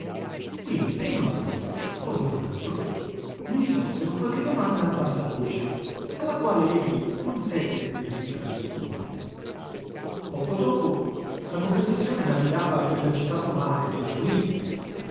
quindi prima uno poi un altro gli rivolsero qualche domanda a bassa voce alla quale egli non seppe tenersi dal rispondere poco dopo la conversazione navigava per l'agitato mare della politica